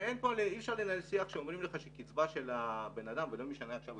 ואי אפשר לנהל שיח כשאומרים לך שהקצבה של בן אדם ולא משנה עכשיו,